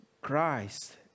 Christ